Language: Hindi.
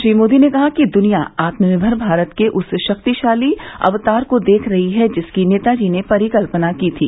श्री मोदी ने कहा कि दूनिया आत्मनिर्भर भारत के उस शक्तिशाली अवतार को देख रही है जिसकी नेताजी ने परिकल्पना की थी